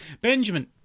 Benjamin